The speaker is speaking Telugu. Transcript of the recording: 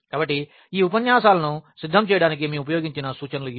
కాబట్టి ఈ ఉపన్యాసాలను సిద్ధం చేయడానికి మేము ఉపయోగించిన సూచనలు ఇవి